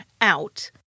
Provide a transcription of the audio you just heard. out